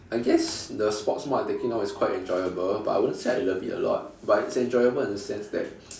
I guess the sports mod I'm taking now is quite enjoyable but I wouldn't say I love it a lot but it's enjoyable in a sense that